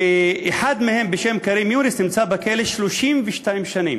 שאחד מהם, בשם כרים יונס, נמצא בכלא 32 שנים,